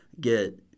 get